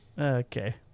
Okay